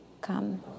come